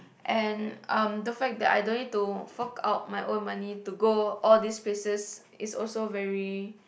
and um the fact that I don't need to fork out my own money to go all these places is also very